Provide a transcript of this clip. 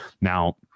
Now